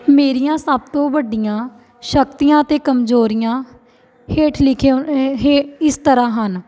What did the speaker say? ਮੇਰੀਆਂ ਸਭ ਤੋਂ ਵੱਡੀਆਂ ਸ਼ਕਤੀਆਂ ਅਤੇ ਕਮਜ਼ੋਰੀਆਂ ਹੇਠ ਲਿਖੇ ਅਨ ਇਹ ਇਸ ਤਰ੍ਹਾਂ ਹਨ